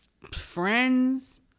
friends